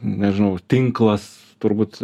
nežinau tinklas turbūt